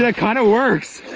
yeah kind of works.